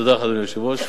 תודה, אדוני היושב-ראש.